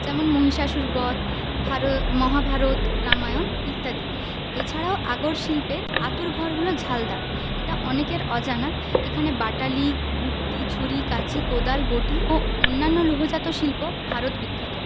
যেমন মহিষাসুর বধ মহাভারত রামায়ণ ইত্যাদি এছাড়াও আগর শিল্পের আতুর ঘর হল ঝালদা এটা অনেকের অজানা এখানে বাটালি গুপ্তি ছুড়ি কাঁচি কোদাল বঁটি ও অন্যান্য লোহজাত শিল্প ভারত বিখ্যাত